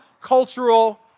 cultural